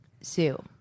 Sue